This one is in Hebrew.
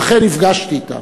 ואכן נפגשתי אתן.